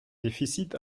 déficit